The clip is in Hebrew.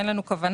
אין לנו כוונה.